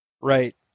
Right